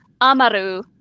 Amaru